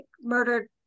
murdered